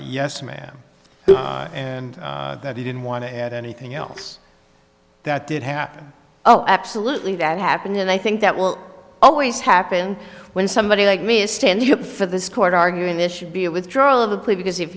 yes ma'am and that he didn't want to have anything else that did happen oh absolutely that happened and i think that will always happen when somebody like me is standing up for this court arguing this should be a withdrawal of the plea because if